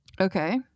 Okay